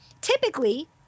typically